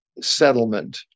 settlement